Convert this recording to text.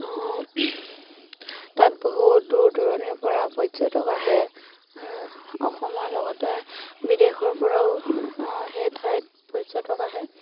তাত বহুত দূৰ দূৰণিৰ পৰা পৰ্যটক আহে অসমৰ লগতে বিদেশৰ পৰাও সেই ঠাইত পৰ্যটক আহে